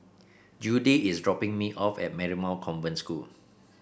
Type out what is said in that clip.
Judy is dropping me off at Marymount Convent School